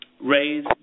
Raise